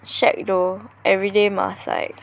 shag though everyday must like